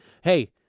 Hey